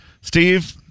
Steve